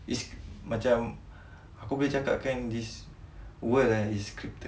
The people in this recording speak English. it's macam aku boleh cakap kan this world eh is scripted